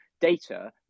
data